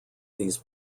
these